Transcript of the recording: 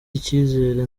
icyizere